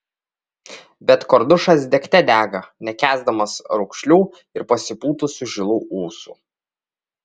bet kordušas degte dega nekęsdamas raukšlių ir pasipūtusių žilų ūsų